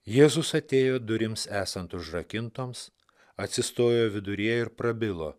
jėzus atėjo durims esant užrakintoms atsistojo viduryje ir prabilo